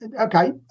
Okay